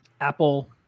Apple